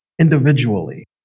individually